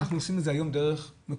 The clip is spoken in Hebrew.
אנחנו עושים את זה היום בדרך מקוונת,